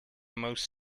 most